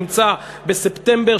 אימצה בספטמבר,